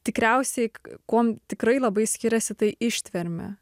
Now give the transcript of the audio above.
tikriausiai k kuom tikrai labai skiriasi tai ištverme